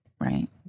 Right